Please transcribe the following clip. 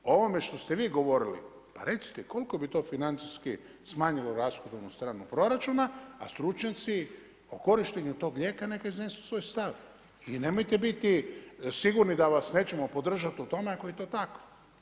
O ovome što ste vi govorili, pa reci, koliko bi to financijski smanjilo rashodovnu stranu proračuna, a stručnjaci o korištenju tog lijeka neka iznesu svoj stav i nemojte biti sigurni da vas nećemo podržati u tome ako je to tako.